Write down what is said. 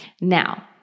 Now